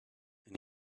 and